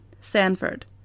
Sanford